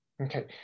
Okay